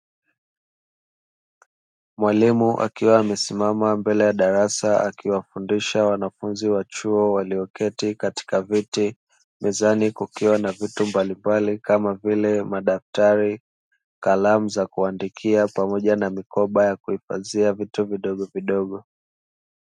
Mwalimu akiwa amesimama mbele ya darasa, akiwafundisha wanafunzi wa chuo walioketi katika viti. Mezani kukiwa na vitu mbalimbali, kama vile; madaftari, kalamu za kuandikia pamoja na mikoba ya kuhifadhia vitu vidogovidogo.